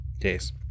Yes